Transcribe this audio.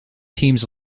teams